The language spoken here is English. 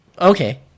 Okay